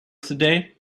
today